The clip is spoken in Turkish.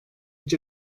hiç